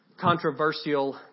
controversial